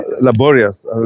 laborious